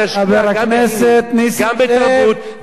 למה בסוריה יש כל כך הרבה טבח?